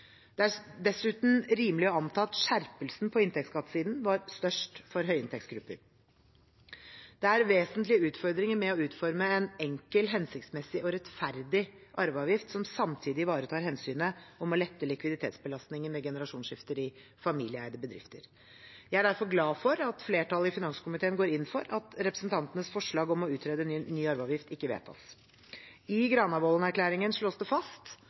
Det er dessuten rimelig å anta at skjerpelsen på inntektsskattesiden var størst for høyinntektsgrupper. Det er vesentlige utfordringer med å utforme en enkel, hensiktsmessig og rettferdig arveavgift som samtidig ivaretar hensynet til å lette likviditetsbelastningen ved generasjonsskifter i familieeide bedrifter. Jeg er derfor glad for at flertallet i finanskomiteen går inn for at representantenes forslag om å utrede en ny arveavgift ikke vedtas. I Granavolden-erklæringen slås det fast